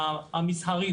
המסחרית,